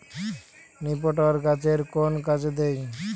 নিপটর গাছের কোন কাজে দেয়?